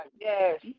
yes